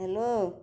hello